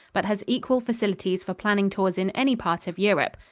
but has equal facilities for planning tours in any part of europe.